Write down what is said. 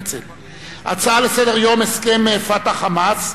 הצעות לסדר-היום: הסכם "פתח" "חמאס",